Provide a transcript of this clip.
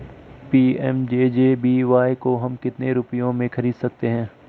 PMJJBY को हम कितने रुपयों में खरीद सकते हैं?